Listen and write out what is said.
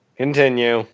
Continue